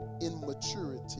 immaturity